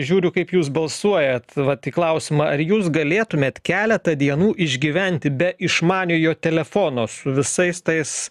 žiūriu kaip jūs balsuojat vat į klausimą ar jūs galėtumėt keletą dienų išgyventi be išmaniojo telefono su visais tais